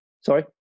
Sorry